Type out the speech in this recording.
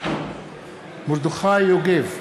מרדכי יוגב,